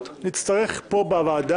נצלול עכשיו לגופן של הצעות החוק.